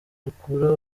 dukura